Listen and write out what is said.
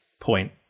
point